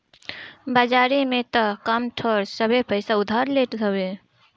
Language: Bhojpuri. बाजारी में तअ कम थोड़ सभे पईसा उधार लेत हवे